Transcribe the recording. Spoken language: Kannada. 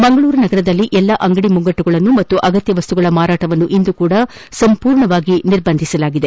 ಮಂಗಳೂರು ನಗರದಲ್ಲಿ ಎಲ್ಲಾ ಅಂಗಡಿ ಮುಂಗಟ್ಟುಗಳನ್ನು ಹಾಗೂ ಅಗತ್ಯ ಮಸ್ತುಗಳ ಮಾರಾಟವನ್ನು ಇಂದು ಸಹ ಸಂಪೂರ್ಣ ನಿರ್ಬಂಧಿಸಲಾಗಿದೆ